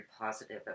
positive